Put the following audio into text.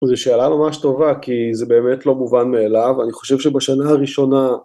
זו שאלה ממש טובה כי זה באמת לא מובן מאליו, אני חושב שבשנה הראשונה